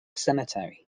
cemetery